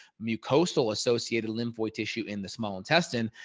mucosal associated lymphoid tissue in the small intestine,